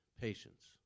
patience